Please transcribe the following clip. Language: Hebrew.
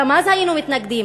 גם אז היינו מתנגדים,